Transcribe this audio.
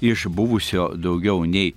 iš buvusio daugiau nei